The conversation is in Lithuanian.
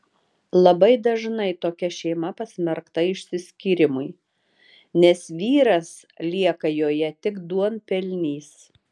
labai dažnai tokia šeima pasmerkta išsiskyrimui nes vyras lieka joje tik duonpelnys